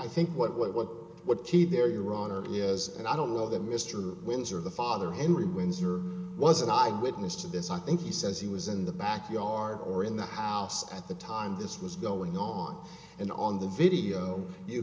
i think what what what what key there your honor yes and i don't know that mr windsor the father henry windsor was an eyewitness to this i think he says he was in the backyard or in the house at the time this was going on and on the video you